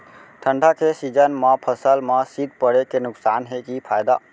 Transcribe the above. ठंडा के सीजन मा फसल मा शीत पड़े के नुकसान हे कि फायदा?